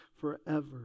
forever